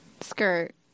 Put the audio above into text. skirt